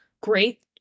Great